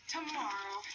Tomorrow